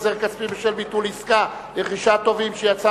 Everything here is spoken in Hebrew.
החזר כספי בשל ביטול עסקה לרכישת טובין),